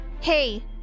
Hey